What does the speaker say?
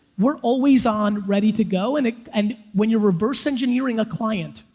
we're always on ready to go. and and when you're reverse-engineering a client,